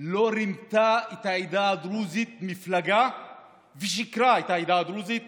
אף מפלגה לא רימתה את העדה הדרוזית ושיקרה לעדה הדרוזית